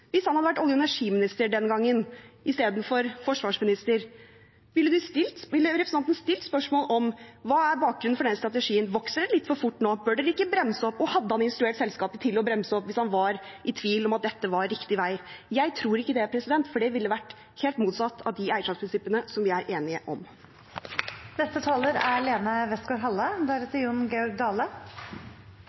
hvis han hadde vært olje- og energiminister den gangen, i stedet for forsvarsminister. Ville representanten stilt spørsmålene: Hva er bakgrunnen for den strategien? Vokser dere litt for fort nå? Bør dere ikke bremse opp? Hadde han instruert selskapet til å bremse opp hvis han var i tvil om at dette var riktig vei? Jeg tror ikke det, for det ville vært helt motsatt av de eierskapsprinsippene vi er enige om. Dette er